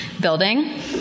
building